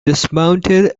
dismounted